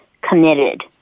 committed